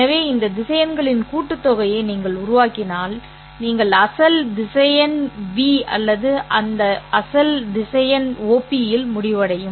எனவே இந்த திசையன்களின் கூட்டுத்தொகையை நீங்கள் உருவாக்கினால் நீங்கள் அசல் திசையன் ́v அல்லது இந்த அசல் திசையன் OP இல் முடிவடையும்